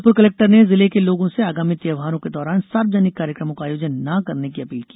Jabalpur collector ने जिले के लोगों से आगामी त्यौहारों के दौरान सार्वजनिक कार्यकमों का आयोजन न करने की अपील की